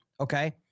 Okay